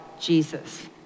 Jesus